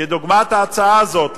כדוגמת ההצעה הזאת,